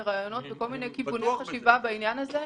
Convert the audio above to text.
רעיונות וכל מיני כיווני חשיבה בעניין הזה.